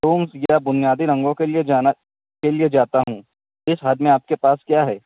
یا بنیادی رنگوں کے لیے جانا کے لیے جاتا ہوں اس حد میں آپ کے پاس کیا ہے